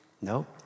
nope